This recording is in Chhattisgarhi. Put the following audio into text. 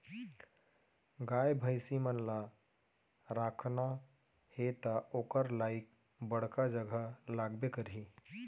गाय भईंसी मन ल राखना हे त ओकर लाइक बड़का जघा लागबे करही